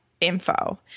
info